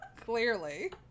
Clearly